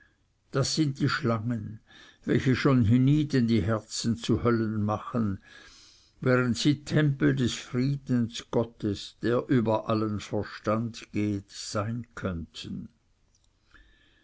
das sind die schlangen welche schon hienieden die herzen zu höllen machen während sie tempel des friedens gottes der über allen verstand geht sein könnten